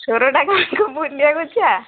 ସୋରଡ଼ା ଗାଁକୁ ବୁଲିବାକୁ ଯିବା